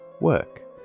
work